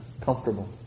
comfortable